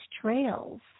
trails